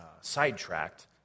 sidetracked